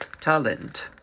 Talent